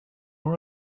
uno